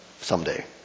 someday